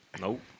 Nope